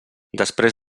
després